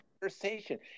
conversation